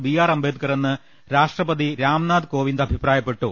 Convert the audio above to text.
BR അംബേദ്കറെന്ന് രാഷ്ട്രപതി രാംനാഥ് കോവിന്ദ് അഭിപ്രാ യപ്പെട്ടു